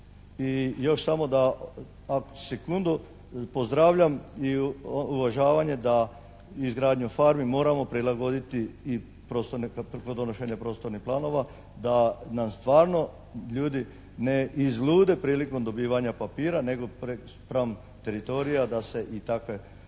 još samo da, sekundu, pozdravljam i uvažavanje da izgradnju farmi moramo prilagoditi i prostornoj, kod donošenja prostornih planova, da nam stvarno ljudi ne izlude prilikom dobivanja papira nego spram teritorija da se i takve farme